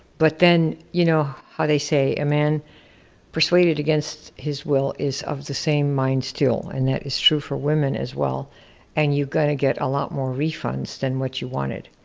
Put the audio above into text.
but then, you know how they say, a man persuaded against his will is of the same mind still. and that is true for women as well and you're gonna get a lot more refunds than what you wanted.